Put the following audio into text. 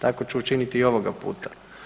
Tako ću učiniti i ovoga puta.